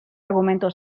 argumento